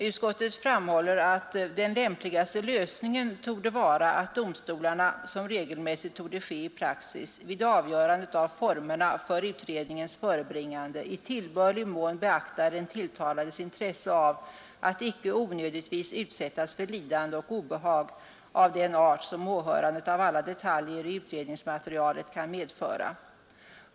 Utskottet framhåller: ”Den lämpligaste lösningen torde i stället vara att domstolarna, så som regelmässigt torde ske i praxis, vid avgörandet av formerna för utredningens förebringande i tillbörlig mån beaktar den tilltalades intresse av att icke onödigtvis utsättas för lidande och obehag av den art som åhörandet av alla detaljer i utredningsmaterialet kan medföra.